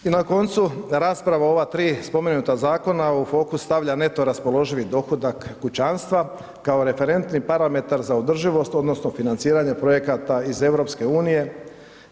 I na koncu, rasprava o ova tri spomenuta zakona, u fokus stavlja neto raspoloživi dohodak kućanstva kao referentni parametar za održivost odnosno financiranje projekata iz EU-a.